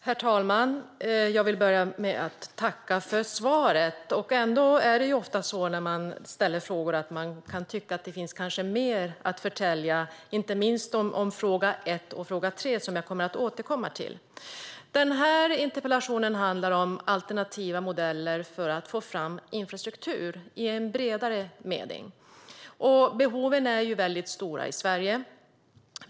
Herr talman! Jag vill börja med att tacka för svaret. Men ofta är det så när man ställer frågor att man tycker att det finns mer att förtälja. Det gäller inte minst frågorna 1 och 3 i min interpellation, som jag kommer att återkomma till. Min interpellation handlar om alternativa modeller för att bygga infrastruktur i en bredare mening. Behoven är stora i Sverige.